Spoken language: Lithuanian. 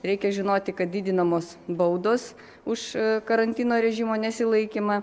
reikia žinoti kad didinamos baudos už karantino režimo nesilaikymą